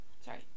Sorry